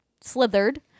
slithered